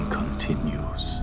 continues